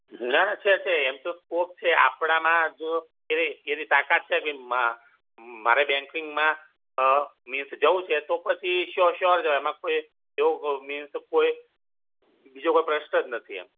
ના ના છે છે એમ તો સ્પોર્ટ છે આપણામાં જો એવી એવી તાકાત છે કે મા મારે બેંકિંગમાં અ મીન્સ જવું છે તો પછી સ્યૉર સ્યૉર એમાં કોઈ એવો મીન્સ કોઈ બીજો કોઈ પ્રશ્ન જ નથી એમ